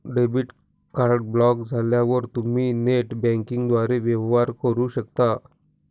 debit card block झाल्यावर तुम्ही net बँकिंगद्वारे वेवहार करू शकता